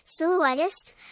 silhouettist